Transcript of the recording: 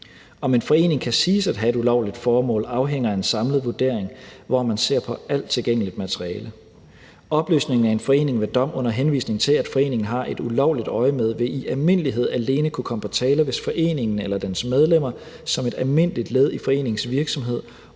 Om en forening kan siges at have et ulovligt formål, afhænger af en samlet vurdering, hvor man ser på alt tilgængeligt materiale. Opløsning af en forening ved dom under henvisning til, at foreningen har et ulovligt øjemed, vil i almindelighed alene kunne komme på tale, hvis foreningen eller dens medlemmer som et almindeligt led i foreningens virksomhed